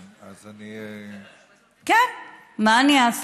אז אני,